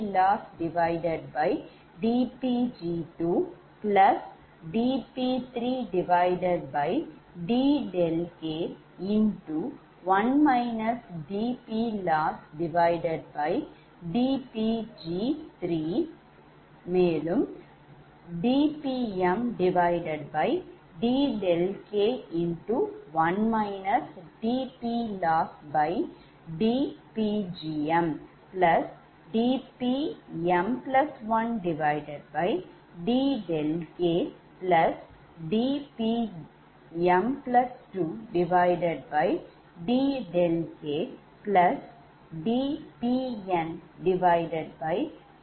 dPmdɗk1 dPLossdPgmdPm1dɗkdPm2 dɗkdPn dɗk0 K23n இது 75 சமன்பாடு ஆகும்